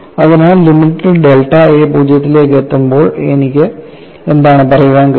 അതിനാൽ limit delta a പൂജ്യത്തിലേക്ക് എത്തുമ്പോൾ എനിക്ക് എന്താണ് പറയാൻ കഴിയുന്നത്